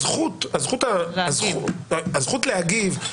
הזכות להגיב,